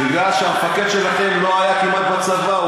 מפני שהמפקד שלכם לא היה כמעט בצבא,